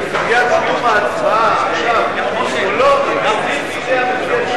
את סוגיית קיום ההצבעה עכשיו או לא אני משאיר בידי המציע,